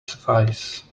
suffice